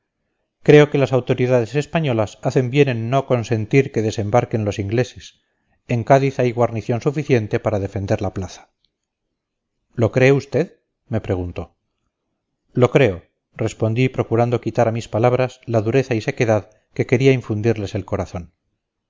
creo que las autoridades españolas hacen bien en no consentir que desembarquen los ingleses en cádiz hay guarnición suficiente para defender la plaza lo cree usted me preguntó lo creo respondí procurando quitar a mis palabras la dureza y sequedad que quería infundirles el corazón